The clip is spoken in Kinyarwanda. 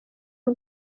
y’u